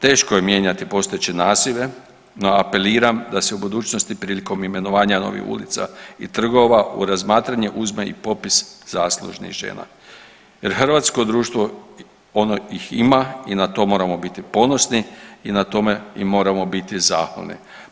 Teško je mijenjati postojeće nazive, no apeliram da se u budućnosti prilikom imenovanja novih ulica i trgova u razmatranje uzme i popis zaslužnih žena jer hrvatskog društvo ono ih ima i na to moramo biti ponosni i na tome im moramo biti zahvali.